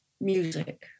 music